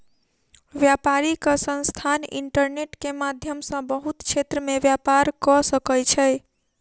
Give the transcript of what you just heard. व्यापारिक संस्थान इंटरनेट के माध्यम सॅ बहुत क्षेत्र में व्यापार कअ सकै छै